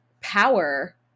power